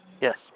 Yes